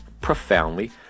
Profoundly